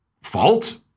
fault